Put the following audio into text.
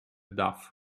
daf